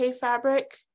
fabric